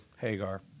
Hagar